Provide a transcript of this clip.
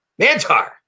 Mantar